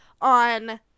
on